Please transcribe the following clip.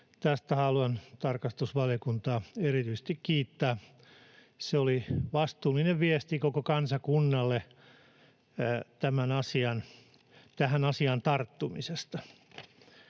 tästä haluan tarkastusvaliokuntaa erityisesti kiittää. Se oli vastuullinen viesti koko kansakunnalle tähän asiaan tarttumisesta.